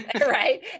right